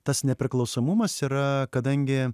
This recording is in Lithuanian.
tas nepriklausomumas yra kadangi